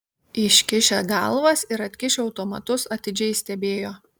iškišę galvas ir atkišę automatus atidžiai stebėjo